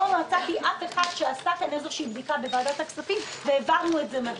לא מצאתי אף אחד שעשה בדיקה בוועדת הכספים והעברנו את זה מהר.